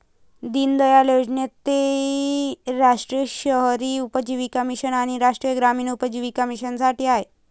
दीनदयाळ योजनेत ती राष्ट्रीय शहरी उपजीविका मिशन आणि राष्ट्रीय ग्रामीण उपजीविका मिशनसाठी आहे